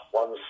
one